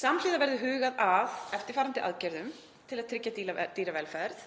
Samhliða verði hugað að eftirfarandi aðgerðum til að tryggja dýravelferð: